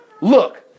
look